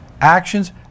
Actions